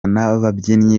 n’ababyinnyi